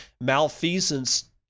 malfeasance